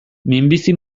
minbizi